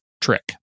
trick